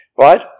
right